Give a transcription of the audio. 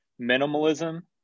minimalism